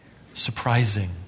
surprising